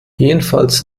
jedenfalls